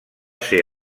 ser